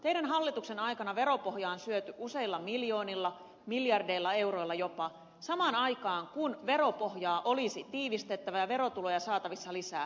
teidän hallituksenne aikana veropohjaa on syöty useilla miljoonilla miljardeilla euroilla jopa samaan aikaan kun veropohjaa olisi tiivistettävä ja verotuloja saatavissa lisää